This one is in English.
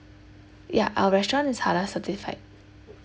ya our restaurant is halal certified